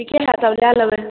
लए लबै